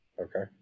Okay